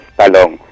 talong